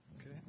Okay